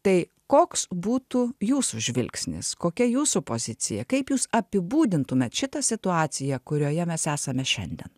tai koks būtų jūsų žvilgsnis kokia jūsų pozicija kaip jūs apibūdintumėt šitą situaciją kurioje mes esame šiandien